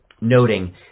noting